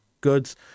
goods